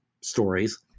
stories